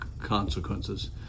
consequences